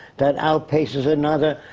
that outpaces another.